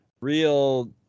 real